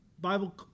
Bible